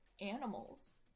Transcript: animals